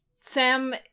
Sam